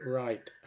right